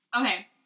Okay